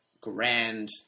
grand